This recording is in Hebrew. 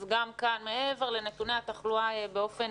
אז גם כאן מעבר לנתוני התחלואה באופן